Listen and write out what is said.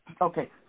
Okay